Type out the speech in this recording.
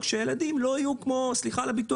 שהילדים לא יהיו כמו סליחה על הביטוי,